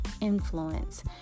influence